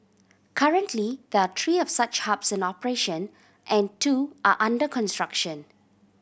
currently there are three of such hubs in operation and two are under construction